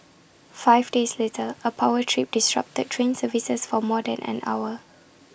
five days later A power trip disrupted train services for more than an hour